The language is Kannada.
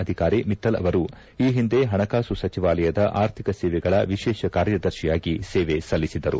ಅಧಿಕಾರಿ ಮಿತ್ತಲ್ ಅವರು ಈ ಹಿಂದೆ ಪಣಕಾಸು ಸಚಿವಾಲಯದ ಆರ್ಥಿಕ ಸೇವೆಗಳ ವಿಶೇಷ ಕಾರ್ಯದರ್ಶಿಯಾಗಿ ಸೇವೆ ಸಲ್ಲಿಸಿದ್ದರು